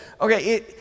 Okay